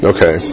Okay